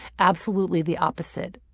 absolutely the opposite.